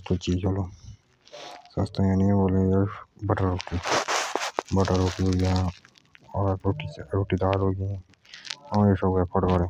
सारी चीज खाना सामग्री मुजा आओ।